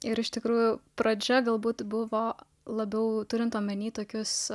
ir iš tikrųjų pradžia galbūt buvo labiau turint omenyje tokius